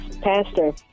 pastor